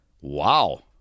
Wow